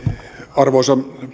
arvoisa